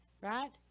right